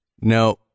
no